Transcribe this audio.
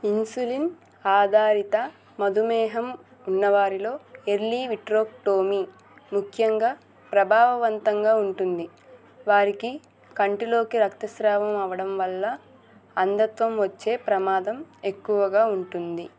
insulin ఆధారిత మధుమేహం ఉన్నవారిలో ఎర్లీ విట్రోక్టోమీ ముఖ్యంగా ప్రభావవంతంగా ఉంటుంది వారికి కంటిలోకి రక్తస్రావం అవడం వల్ల అంధత్వం వచ్చే ప్రమాదం ఎక్కువగా ఉంటుంది